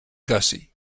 gussie